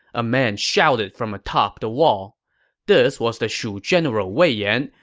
a man shouted from atop the wall this was the shu general wei yan,